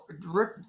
Rick